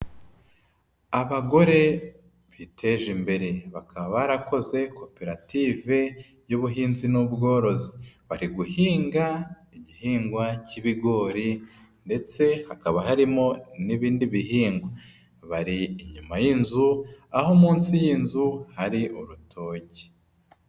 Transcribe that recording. Abagore biteje imbere bakaba barakoze koperative y'ubuhinzi n'ubworozi, bari guhinga igihingwa k'ibigori ndetse hakaba harimo n'ibindi bihingwa, bari inyuma y'inzu aho munsi y'inzu hari urutoki.